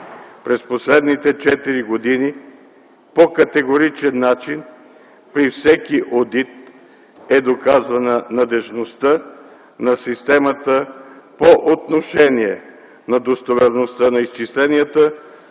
През последните четири години по категоричен начин при всеки одит е доказана надеждността на системата по отношение на достоверността на изчисленията